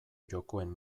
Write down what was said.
jokoen